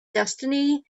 destiny